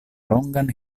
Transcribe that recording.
longan